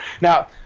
Now